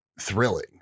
thrilling